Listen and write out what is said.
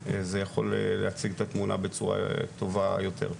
זה יכול להציג את התמונה בצורה טובה יותר.